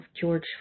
George